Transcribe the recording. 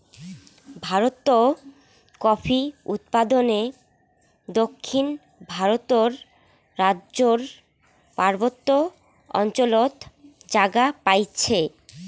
ভারতত কফি উৎপাদনে দক্ষিণ ভারতর রাইজ্যর পার্বত্য অঞ্চলত জাগা পাইছে